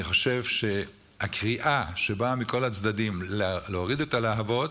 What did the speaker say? אני חושב שהקריאה שבאה מכל הצדדים להוריד את הלהבות